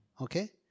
okay